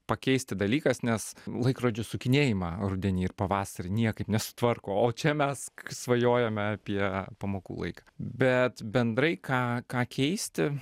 pakeisti dalykas nes laikrodžių sukinėjimą rudenį ir pavasarį niekaip nesutvarko o čia mes svajojame apie pamokų laiką bet bendrai ką ką keisti